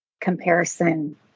comparison